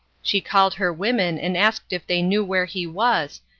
she called her women and asked if they knew where he was,